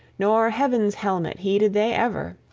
nor heaven's-helmet heeded they ever,